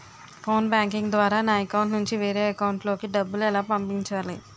Phone banking ద్వారా నా account నుంచి వేరే అకౌంట్ లోకి డబ్బులు ఎలా పంపించాలి?